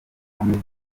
ameze